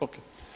Ok.